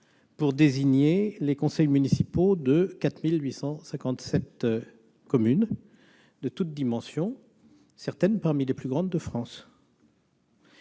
pour désigner les conseils municipaux de 4 857 communes de toutes dimensions, dont certaines des plus grandes de France.